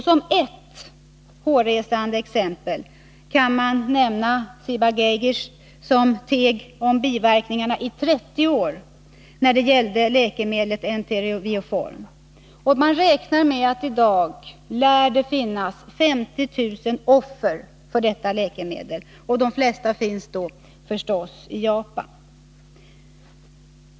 Som ett hårresande exempel kan man nämna Ciba-Geigy, som i 30 år teg om biverkningarna när det gällde läkemedlet Entero-Vioform. Det lär i dag finnas 50 000 offer för detta läkemedel, de flesta i Japan.